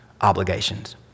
obligations